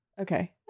Okay